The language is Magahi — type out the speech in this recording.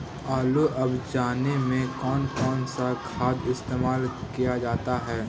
आलू अब जाने में कौन कौन सा खाद इस्तेमाल क्या जाता है?